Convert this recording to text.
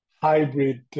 hybrid